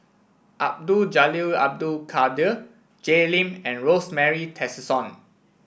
Abdul Jalil Abdul Kadir Jay Lim and Rosemary Tessensohn